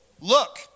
look